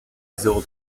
zéro